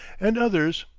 and others.